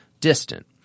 distant